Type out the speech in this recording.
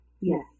Yes